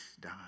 die